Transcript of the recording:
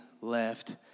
left